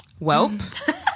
Welp